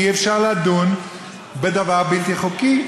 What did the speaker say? אי-אפשר לדון בדבר בלתי חוקי.